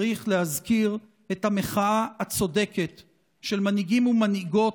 צריך להזכיר את המחאה הצודקת של מנהיגים ומנהיגות